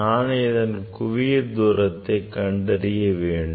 நான் இதன் குவிய தூரத்தை கண்டறிய வேண்டும்